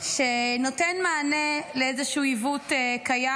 שנותן מענה לאיזשהו עיוות קיים.